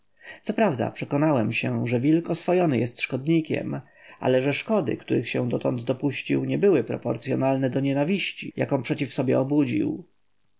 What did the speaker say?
co prawda przekonałem się że wilk oswojony jest szkodnikiem ale że szkody których się dotąd dopuścił nie były proporcyonalne do nienawiści jaką przeciw sobie obudził